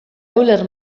euler